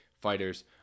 fighters